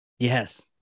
Yes